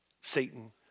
Satan